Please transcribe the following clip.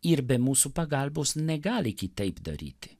ir be mūsų pagalbos negali kitaip daryti